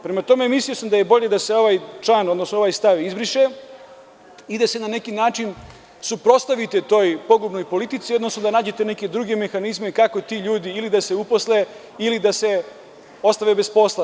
Prema tome, mislio sam da je bolje da se ovaj stav izbriše i da se na neki način suprotstavite toj pogubnoj politici, odnosno da nađete neke druge mehanizme kako ti ljudi da se uposle ili da se ostave bez posla.